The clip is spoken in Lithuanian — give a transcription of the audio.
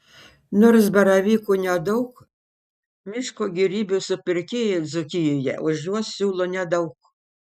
nors baravykų nedaug miško gėrybių supirkėjai dzūkijoje už juos siūlo nedaug